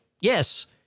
Yes